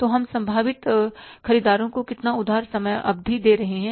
तो हम संभावित खरीदारों को कितना उधार समयावधि दे रहे हैं